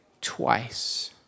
twice